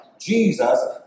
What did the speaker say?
Jesus